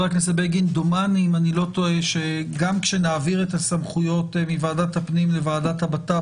דומני שגם כשנעביר את הזכויות מוועדת הפנים לוועדת הבט"פ,